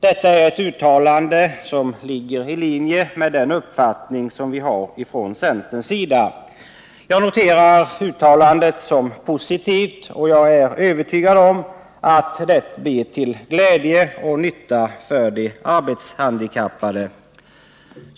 Detta är ett uttalande som ligger i linje med den uppfattning som vi har inom centern. Jag noterar uttalandet som positivt, och jag är övertygad om att detta blir till glädje och nytta för de arbetshandikappade.